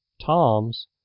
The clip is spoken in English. toms